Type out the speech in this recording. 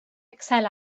excel